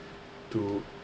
to